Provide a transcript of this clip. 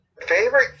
Favorite